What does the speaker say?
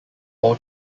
all